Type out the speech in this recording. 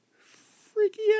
Freaky